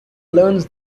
learns